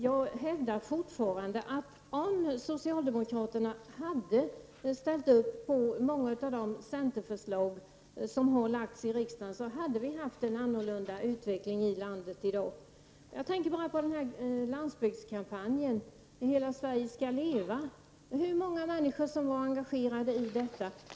Jag hävdar fortfarande att om socialdemokraterna hade ställt upp på många av de centerförslag som har lagts i riksdagen, hade vi haft en annorlunda utveckling i landet i dag. Tänk, så många människor som var engagerade i landsbygdskampanjen ”Hela Sverige skall leva.”.